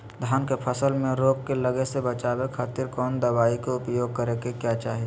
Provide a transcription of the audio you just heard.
धान के फसल मैं रोग लगे से बचावे खातिर कौन दवाई के उपयोग करें क्या चाहि?